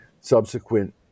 subsequent